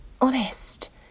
Honest